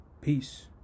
Peace